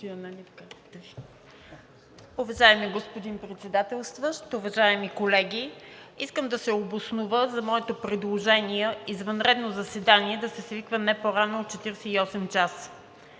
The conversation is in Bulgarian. Уважаеми господин Председател, уважаеми колеги! Искам да се обоснова за моето предложение – извънредно заседание да се свиква не по-рано от 48 часа.